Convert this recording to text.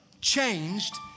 Changed